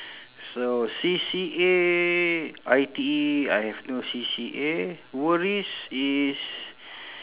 so C_C_A I_T_E I have no C_C_A worries is